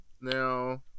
Now